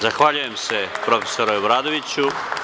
Zahvaljujem se profesoru Obradoviću.